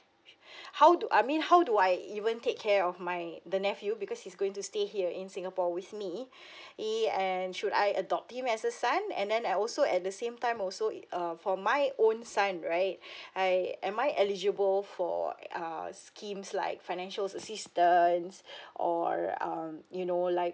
how do I mean how do I even take care of my the nephew because he's going to stay here in singapore with me he and should I adopt him as a son and then I also at the same time also it uh for my own son right I am I eligible for eh err schemes like financial assistance or um you know like